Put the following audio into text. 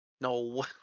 No